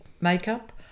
makeup